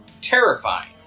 terrifying